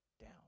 down